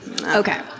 Okay